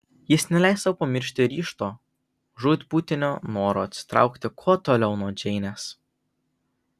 jis neleis sau pamiršti ryžto žūtbūtinio noro atsitraukti kuo toliau nuo džeinės